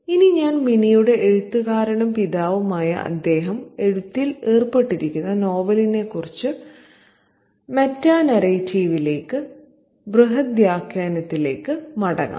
ഇനി ഞാൻ മിനിയുടെ എഴുത്തുകാരനും പിതാവുമായ അദ്ദേഹം എഴുത്തിൽ ഏർപ്പെട്ടിരിക്കുന്ന നോവലിനെക്കുറിച്ചുള്ള മെറ്റാനാരേറ്റിവിലേക്ക് ബൃഹദാഖ്യാനത്തിലേക്ക് മടങ്ങാം